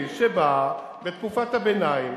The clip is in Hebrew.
יש כאן דבר רציני שבא בתקופת הביניים